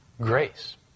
grace